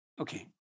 okay